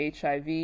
HIV